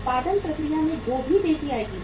उत्पादन प्रक्रिया में भी तेजी आएगी